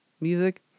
music